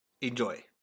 Enjoy